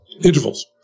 intervals